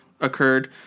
occurred